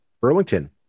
Burlington